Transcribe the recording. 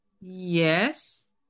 Yes